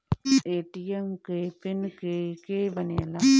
ATM के PIN के के बनेला?